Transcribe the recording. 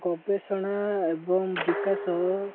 ଗବେଷଣା ଏବଂ ବିକାଶ